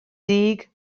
dug